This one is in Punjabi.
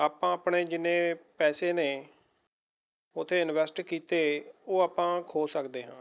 ਆਪਾਂ ਆਪਣੇ ਜਿੰਨ੍ਹੇ ਪੈਸੇ ਨੇ ਉੱਥੇ ਇੰਨਵੈਸਟ ਕੀਤੇ ਉਹ ਆਪਾਂ ਖੋ ਸਕਦੇ ਹਾਂ